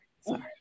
Sorry